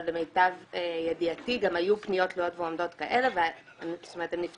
אבל למיטב ידיעתי גם היו פניות לעוד ועדות כאלה והן נפתרו.